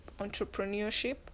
entrepreneurship